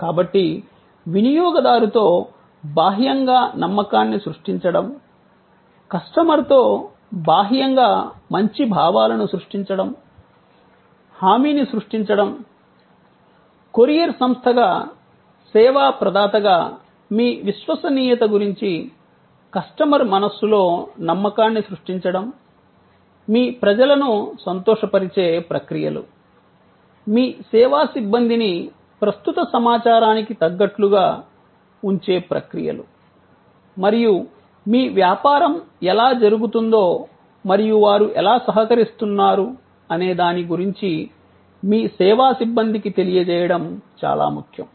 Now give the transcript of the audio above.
కాబట్టి వినియోగదారుతో బాహ్యంగా నమ్మకాన్ని సృష్టించడం కస్టమర్తో బాహ్యంగా మంచి భావాలను సృష్టించడం హామీని సృష్టించడం కొరియర్ సంస్థగా సేవా ప్రదాతగా మీ విశ్వసనీయత గురించి కస్టమర్ మనస్సులో నమ్మకాన్ని సృష్టించడం మీ ప్రజలను సంతోషపరిచే ప్రక్రియలు మీ సేవా సిబ్బందిని ప్రస్తుత సమాచారానికి తగ్గట్టుగా ఉంచే ప్రక్రియలు మరియు మీ వ్యాపారం ఎలా జరుగుతుందో మరియు వారు ఎలా సహకరిస్తున్నారు అనే దాని గురించి మీ సేవా సిబ్బందికి తెలియజేయడం చాలా ముఖ్యం